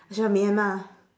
she from myanmar